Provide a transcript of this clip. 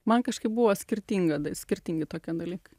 man kažkaip buvo skirtinga skirtingi tokie dalykai